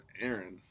Aaron